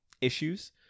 issues